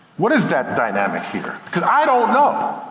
what is that dynamic here? cuz i don't know.